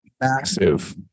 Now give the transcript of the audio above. massive